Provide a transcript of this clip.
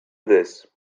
this